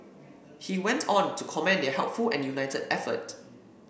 he went on to commend their helpful and united effort